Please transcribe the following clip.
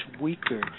weaker